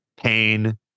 pain